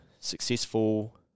successful